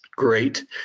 great